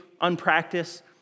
unpracticed